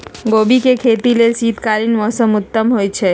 गोभी के खेती लेल शीतकालीन मौसम उत्तम होइ छइ